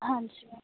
ਹਾਂਜੀ ਮੈਮ